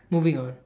moving on